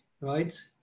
right